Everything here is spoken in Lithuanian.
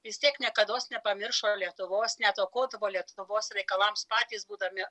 vis tiek niekados nepamiršo lietuvos net aukodavo lietuvos reikalams patys būdami